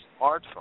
smartphone